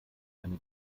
eine